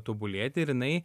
tobulėt ir jinai